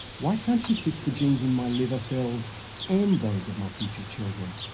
why can't you fix the genes in my liver cells and those of my future children?